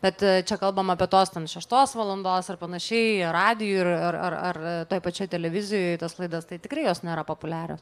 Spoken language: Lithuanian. bet čia kalbama apie tuos ten šeštos valandos ar panašiai ar radijui ar ar ar toj pačioj televizijoj tos laidos tai tikrai jos nėra populiarios